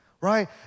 right